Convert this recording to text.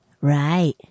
Right